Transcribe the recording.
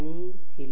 ଆଣିଥିଲେ